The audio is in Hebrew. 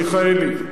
מיכאלי: